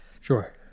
Sure